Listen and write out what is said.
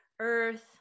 Earth